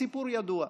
הסיפור ידוע.